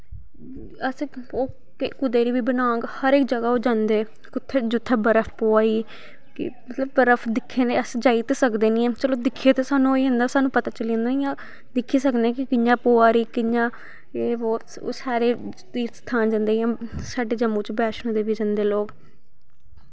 अस ओह् कुते दी बी बनांग हर इक जगह ओह् जंदे कुत्थै जित्थै बर्फ पवा दी कि मतलव बर्फ दिक्खने ते अस जाई ते सकदे नी ऐं चलो दिक्खियै ते स्हानू होई जंदा स्हानू पता चली जंदा इयां दिक्खी सकने कि कियां पवा दी कियां ओह् सारे तीर्थ स्थान जंदे इयां साढ़े जम्मू च बैष्णो देवी जंदे लोग